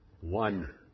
one